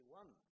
one